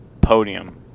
Podium